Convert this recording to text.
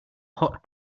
hot